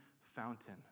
fountain